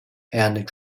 and